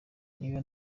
niba